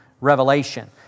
Revelation